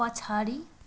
पछाडि